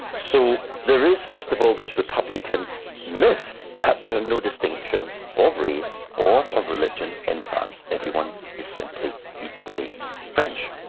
so there is first of all this republican myth that there are no distinctions of race or of religion in france. everyone is simply equally french.